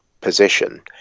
position